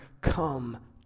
come